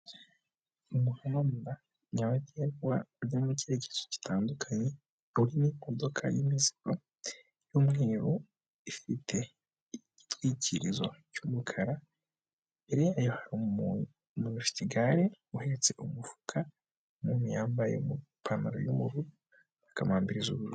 Umuhanda nyabagendwa ujya mu cyerekezo gitandukanye urimo imodoka y'imizigo y'umweru ifite igitwikirizo cy'umukara, imbere yayo hari umuntu ufite igare uhetse umufuka, umuntu yambaye ipantaro y'ubururu kamambiri z'uburu.